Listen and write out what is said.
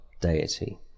deity